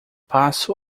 passo